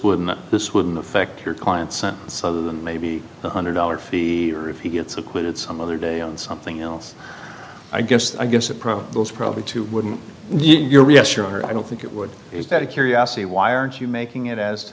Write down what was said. wouldn't this wouldn't affect your client sentence other than maybe one hundred dollars fee or if he gets acquitted some other day on something else i guess i guess it probably was probably too wouldn't your yes your honor i don't think it would is that a curiosity why aren't you making it as to